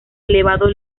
elevado